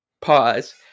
pause –